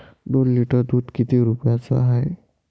दोन लिटर दुध किती रुप्याचं हाये?